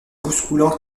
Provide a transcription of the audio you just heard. bousculant